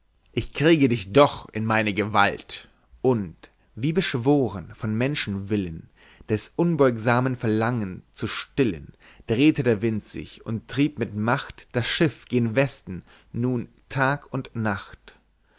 ich kriege dich doch in meine gewalt und wie beschworen von menschenwillen des unbeugsamen verlangen zu stillen drehte der wind sich und trieb mit macht das schiff gen westen nun tag und nacht